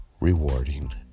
rewarding